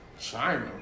China